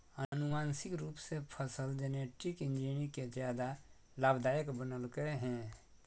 आनुवांशिक रूप से फसल जेनेटिक इंजीनियरिंग के ज्यादा लाभदायक बनैयलकय हें